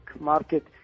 market